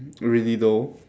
really though